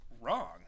wrong